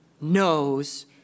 knows